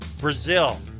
brazil